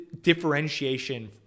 differentiation